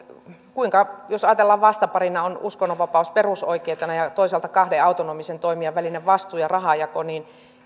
jos ajatellaan että vastaparina ovat uskonnonvapaus perusoikeutena ja toisaalta kahden autonomisen toimijan välinen vastuu ja rahanjako niin